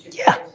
yeah,